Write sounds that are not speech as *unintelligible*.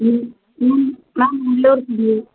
ம் ம் மேம் இன்னொருது *unintelligible*